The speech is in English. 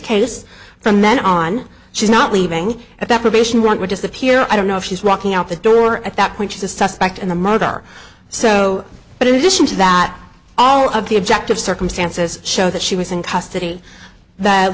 case from then on she's not leaving at that probation run would just appear i don't know if she's walking out the door at that point she's a suspect in the murder so but in addition to that all of the objective circumstances show that she was in custody that